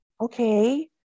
okay